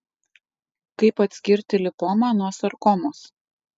kaip atskirti lipomą nuo sarkomos